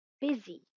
busy